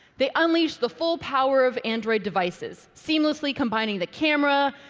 they unleash the full power of android devices, seamlessly combining the camera,